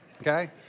Okay